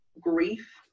grief